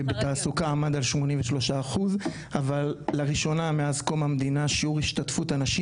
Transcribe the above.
ההשתפות עמד על 38%. אבל לראשונה מאז קום המדינה שיעור השתתפות הנשים